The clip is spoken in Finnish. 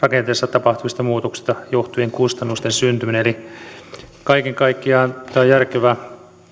tapahtuvista muutoksista johtuvien kustannusten syntyminen kaiken kaikkiaan tämä on järkevä